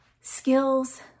skills